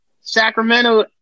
Sacramento